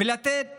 ולתת